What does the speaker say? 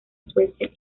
suecia